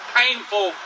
painful